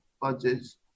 Budge's